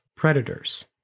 predators